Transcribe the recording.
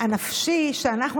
הנפשי שאנחנו,